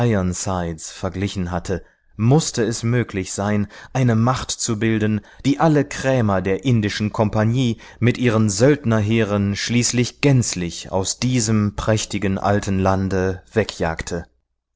verglichen hatte mußte es möglich sein eine macht zu bilden die alle krämer der indischen kompagnie mit ihren söldnerheeren schließlich gänzlich aus diesem prächtigen alten lande wegjagte